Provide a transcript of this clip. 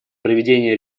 проведение